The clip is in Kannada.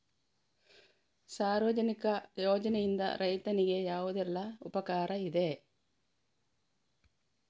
ಸಾರ್ವಜನಿಕ ಯೋಜನೆಯಿಂದ ರೈತನಿಗೆ ಯಾವುದೆಲ್ಲ ಉಪಕಾರ ಇರ್ತದೆ?